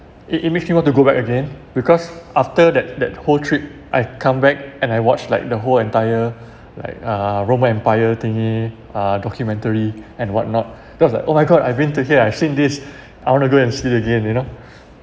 it it makes me want to go back again because after that that whole trip I come back and I watch like the whole entire like uh roman empire thingy uh documentary and what not just like oh my god I've been to here I've seen this I want to go and see it again you know